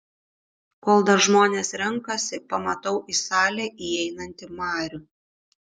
kol dar žmonės renkasi pamatau į salę įeinantį marių